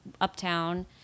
uptown